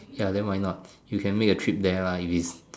ya then why not you can make a trip there ah if is